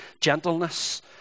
gentleness